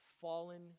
fallen